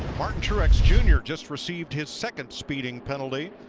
martin truex jr. just received his second speeding penalty.